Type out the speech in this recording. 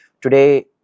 Today